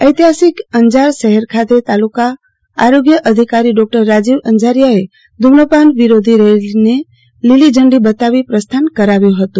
ઐતિહાસિક અંજાર શહેર ખાતે તાલુકા આરોગ્ય અધિકારી ડોક્ટર રાજીવ અંજારીયાએ ધુમપાન વિરોધી રેલીને લીલીઝંડી બતાવી પ્રસ્થા કરાવ્યુ હતું